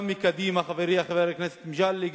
גם מקדימה חברי חבר הכנסת מגלי,